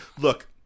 Look